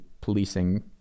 policing